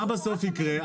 מה בסוף יקרה?